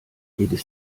jedes